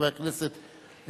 חבר הכנסת,